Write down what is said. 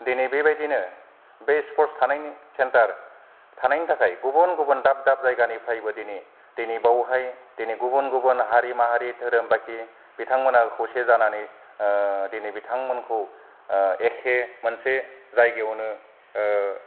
दिनै बे बाइदिनो बे स्फर्स थानायनि सेन्टार थानायनि थाखाय गुबुन गुबुन दाब दाब जायगानिफ्राइबो दिनै दिनै बावहाय दिनै गुबुन गुबुन हारि माहारि धोरोम बाखि बिथांमोना खौसे जानानै दिनै बिथांमोनखौ एखे मोनसे जायगायावनो